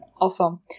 Awesome